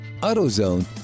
AutoZone